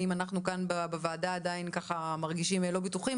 אם אנחנו בוועדה קצת מרגישים לא בטוחים